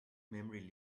memory